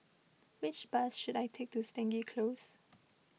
which bus should I take to Stangee Close